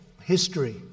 history